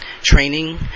training